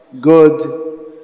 good